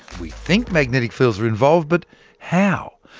we think magnetic fields are involved, but how?